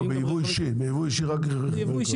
לא, ביבוא אישי, ביבוא אישי רק רכבי יוקרה.